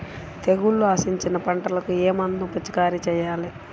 తెగుళ్లు ఆశించిన పంటలకు ఏ మందు పిచికారీ చేయాలి?